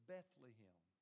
Bethlehem